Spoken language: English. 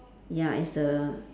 ya it's a